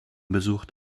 besucht